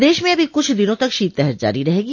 प्रदेश में अभी कुछ दिनों तक शीतलहर जारी रहेगी